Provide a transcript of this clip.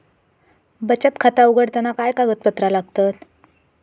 बचत खाता उघडताना काय कागदपत्रा लागतत?